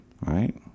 right